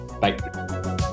Bye